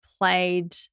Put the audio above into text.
played